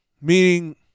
meaning